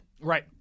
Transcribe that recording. Right